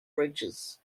bridges